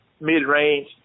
mid-range